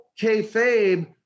kayfabe